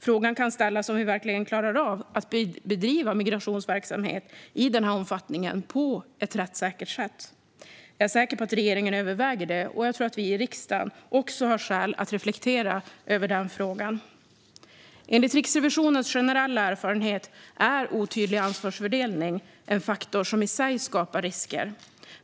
Frågan kan ställas om vi verkligen klarar av att bedriva migrationsverksamhet i den här omfattningen på ett rättssäkert sätt. Jag är säker på att regeringen överväger det, och jag tror att vi i riksdagen också har skäl att reflektera över denna fråga. Enligt Riksrevisionens generella erfarenhet är otydlig ansvarsfördelning en faktor som i sig skapar risker.